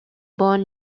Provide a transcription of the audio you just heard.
born